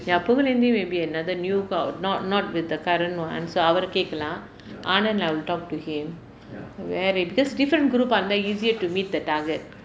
ya pugalenthi may be another new crowd not not with the current [one] so அவரு கேட்கலாம்:avaru kaetkalaam anand I will talk to him varies because different group வந்தா:vanthaa easier to meet the target